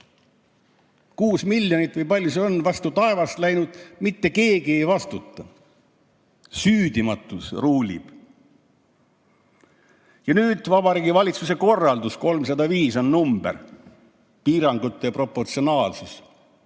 6 miljonit või kui palju seda on, on vastu taevast läinud ja mitte keegi ei vastuta. Süüdimatus ruulib. Ja nüüd Vabariigi Valitsuse korraldus nr 305, piirangute proportsionaalsus.